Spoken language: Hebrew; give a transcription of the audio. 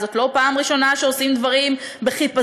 זאת לא הייתה הפעם הראשונה שעושים דברים בחיפזון.